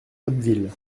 abbeville